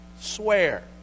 swear